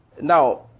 Now